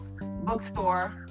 bookstore